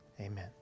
amen